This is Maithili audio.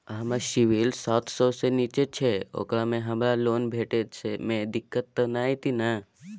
हमर सिबिल सात सौ से निचा छै ओकरा से हमरा लोन भेटय में दिक्कत त नय अयतै ने?